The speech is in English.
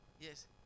Yes